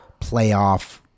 playoff